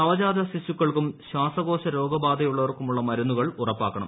നവജാത ശിശുക്കൾക്കും ശ്വാസകോശ രോഗബാധയുള്ളവർക്കുമുള്ള മരുന്നുകൾ ഉറപ്പാക്കണം